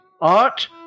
Art